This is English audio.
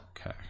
Okay